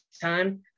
time